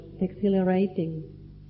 exhilarating